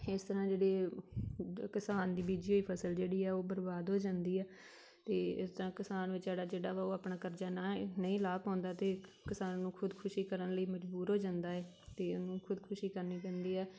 ਇਸ ਤਰ੍ਹਾਂ ਜਿਹੜੇ ਕਿਸਾਨ ਦੀ ਬੀਜੀ ਹੋਈ ਫ਼ਸਲ ਜਿਹੜੀ ਆ ਉਹ ਬਰਬਾਦ ਹੋ ਜਾਂਦੀ ਆ ਅਤੇ ਇਸ ਤਰ੍ਹਾਂ ਕਿਸਾਨ ਵਿਚਾਰਾ ਜਿਹੜਾ ਵਾ ਉਹ ਆਪਣਾ ਕਰਜ਼ਾ ਨਾ ਨਹੀਂ ਲਾਹ ਪਾਉਂਦਾ ਅਤੇ ਕਿਸਾਨ ਨੂੰ ਖੁਦਕੁਸ਼ੀ ਕਰਨ ਲਈ ਮਜ਼ਬੂਰ ਹੋ ਜਾਂਦਾ ਹੈ ਅਤੇ ਉਹਨੂੰ ਖੁਦਕੁਸ਼ੀ ਕਰਨੀ ਪੈਂਦੀ ਹੈ